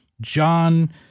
John